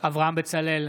אברהם בצלאל,